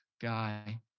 guy